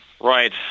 Right